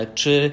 Czy